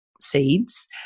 seeds